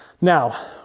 Now